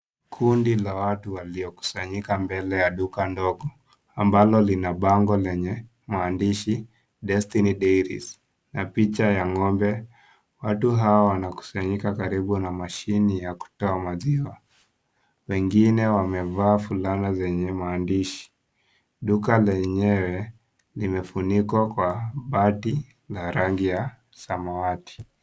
Kundi la watu waliokusanyika mbele ya duka ndogo ambalo lina bango lenye maandishi Destiny Dairies na picha ya ng'ombe. Watu hawa wanakusanyika karibu na mashine ya kutoa maziwa. Wengine wamevaa fulana zenye maandishi. Duka lenyewe limefunikwa kwa bati la rangi ya samawati.